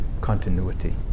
continuity